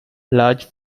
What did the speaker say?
large